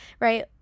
right